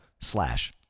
slash